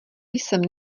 jsem